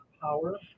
power